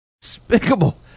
despicable